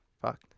Fuck